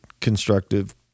constructive